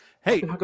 hey